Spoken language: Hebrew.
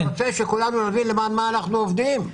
אני רוצה שכולנו נבין למען מה אנחנו עובדים,